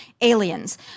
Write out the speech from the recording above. aliens